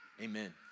Amen